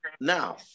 Now